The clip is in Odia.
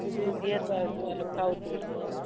ସେଠି ଡିଅର୍ ପାର୍କ ଯିବା ଲୋକ ଆଉଥିବେ ହେଲେ